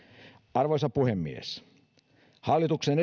arvoisa puhemies hallituksen